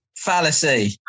Fallacy